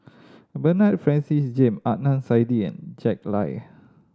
Bernard Francis James Adnan Saidi and Jack Lai